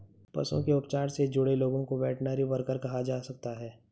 पशुओं के उपचार से जुड़े लोगों को वेटरनरी वर्कर कहा जा सकता है